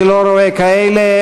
אני לא רואה כאלה.